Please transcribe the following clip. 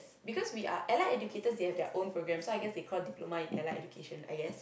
because we are Allied-Educators they have their program so I guess they call diploma in Allied-Education I guess